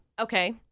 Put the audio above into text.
Okay